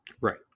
right